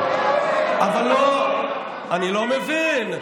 העם לא בחר בך, תתבייש.